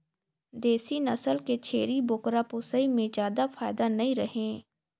देसी नसल के छेरी बोकरा पोसई में जादा फायदा नइ रहें